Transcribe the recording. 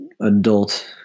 adult